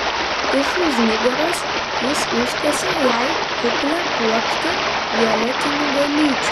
iš už nugaros jis ištiesė jai kuplią puokštę violetinių gėlyčių